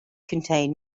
contained